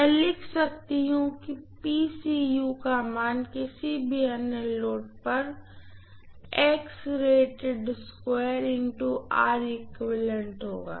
मैं लिख सकती हूँ की का मान किसी भी अन्य लोड पर होगा